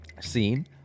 scene